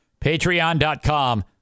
Patreon.com